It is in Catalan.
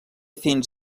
fins